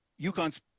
Yukon's